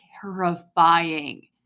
terrifying